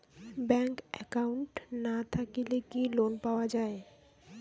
Bank account না থাকিলে কি লোন পাওয়া য়ায়?